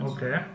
Okay